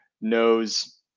knows